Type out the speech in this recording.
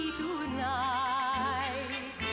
tonight